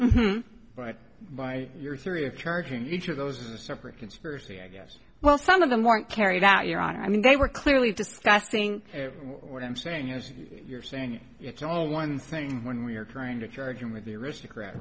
robberies but by your theory of charging each of those in a separate conspiracy i guess well some of them weren't carried out your honor i mean they were clearly discussing what i'm saying is you're saying it's all one thing when you're trying to charge him with the aristocrat